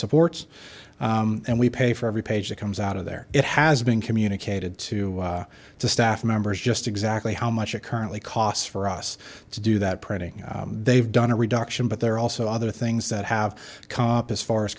supports and we pay for every page that comes out of there it has been communicated to to staff members just exactly how much it currently costs for us to do that printing they've done a reduction but there are also other things that have come up as far as